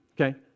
okay